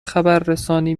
خبررسانی